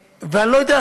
ואני לא יודע,